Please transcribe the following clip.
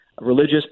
religious